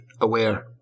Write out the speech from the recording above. aware